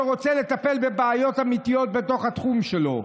שרוצה לטפל בבעיות אמיתיות בתוך התחום שלו.